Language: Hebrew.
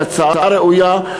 שהיא הצעה ראויה,